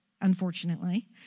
unfortunately